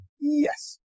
Yes